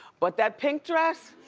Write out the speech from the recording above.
but that pink dress?